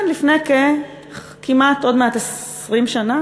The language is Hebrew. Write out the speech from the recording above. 1996. כן, לפני כמעט, עוד מעט 20 שנה.